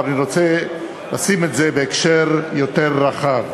אבל אני רוצה לשים את זה בהקשר יותר רחב.